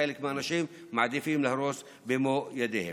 חלק מהאנשים מעדיפים להרוס במו ידיהם.